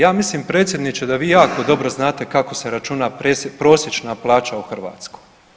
Ja mislim predsjedniče da vi jako dobro znate kako se računa prosječna plaća u Hrvatskoj.